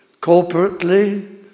corporately